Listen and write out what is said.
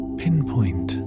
pinpoint